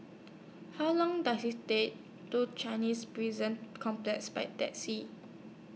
How Long Does IT Take to Chinese Prison Complex By Taxi